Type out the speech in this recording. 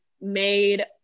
made